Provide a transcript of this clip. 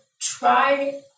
try